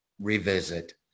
revisit